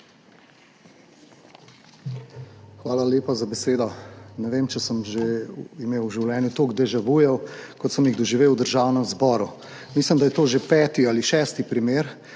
Hvala lepa za besedo. Ne vem, ali sem že imel v življenju toliko deja vujev, kot sem jih doživel v Državnem zboru. Mislim, da je to že peti ali šesti primer,